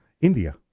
India